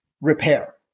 repair